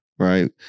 right